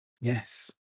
Yes